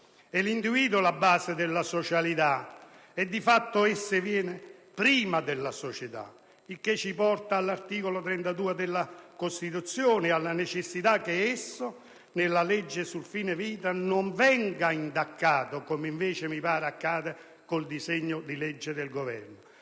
È l'individuo la base della socialità e di fatto esso viene prima della società, il che ci porta all'articolo 32 della Costituzione e alla necessità che esso, nella legge sul fine vita, non venga intaccato, come invece mi sembra accada con il disegno di legge del Governo.